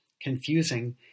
confusing